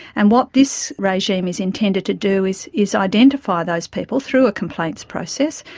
and what this regime is intended to do is is identify those people through a complaints process,